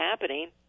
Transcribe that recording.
happening